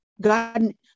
God